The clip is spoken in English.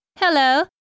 Hello